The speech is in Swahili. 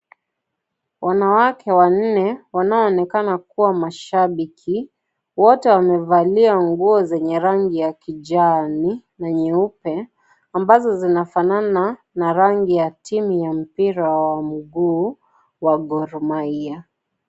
Wanawake wanne, wanaoonekana kuwa mashabiki. Wote wamevalia nguo zenye rangi ya kijani na nyeupe, ambazo zinafanana na rangi ya timu ya mpira wa mguu wa Gor Mahia.